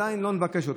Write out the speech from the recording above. עדיין לא נבקש אותם.